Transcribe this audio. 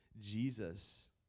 Jesus